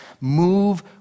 move